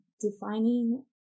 defining